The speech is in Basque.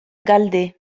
galde